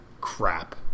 crap